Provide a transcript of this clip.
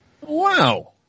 Wow